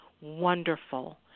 wonderful